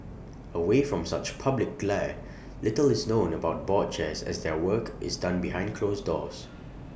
away from such public glare little is known about board chairs as their work is done behind closed doors